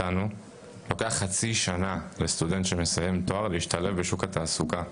לוקח חצי שנה לסטודנט שמסיים ואר להשתלב בשוק התעסוקה.